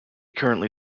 currently